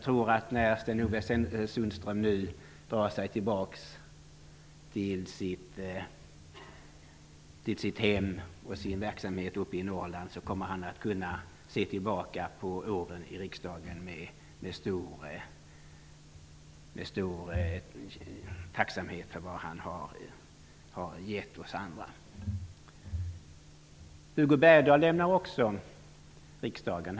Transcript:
När Sten-Ove Sundström nu drar sig tillbaka till sitt hem och sin verksamhet uppe i Norrland kommer vi att kunna se tillbaka på hans år i riksdagen med stor tacksamhet för vad han har gett oss andra. Också Hugo Bergdahl lämnar riksdagen.